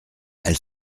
elle